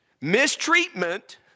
Mistreatment